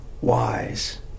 wise